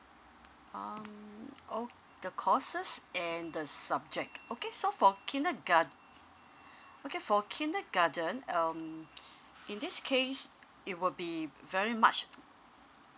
um oh the courses and the subject okay so for kindergar~ okay for kindergarten um in this case it will be very much